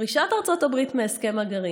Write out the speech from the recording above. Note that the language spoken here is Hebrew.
פרישת ארצות הברית מהסכם הגרעין,